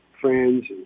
friends